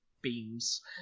beams